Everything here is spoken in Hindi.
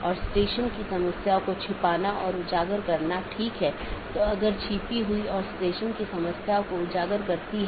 इसलिए जब एक बार BGP राउटर को यह अपडेट मिल जाता है तो यह मूल रूप से सहकर्मी पर भेजने से पहले पथ विशेषताओं को अपडेट करता है